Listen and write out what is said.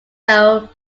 low